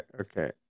okay